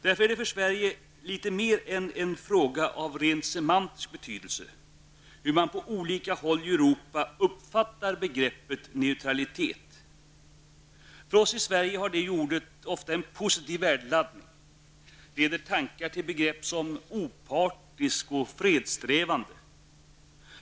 Därför är det för Sverige litet mer än en fråga av rent semantisk betydelse hur man på olika håll i Europa uppfattar begreppet ''neutralitet''. För oss i Sverige har ordet ofta en positiv värdeladdning, det leder tanken till begrepp som opartisk och fredssträvande.